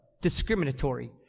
discriminatory